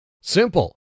Simple